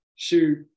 shoot